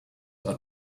are